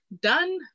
done